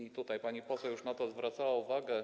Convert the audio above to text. I tutaj pani poseł już na to zwracała uwagę.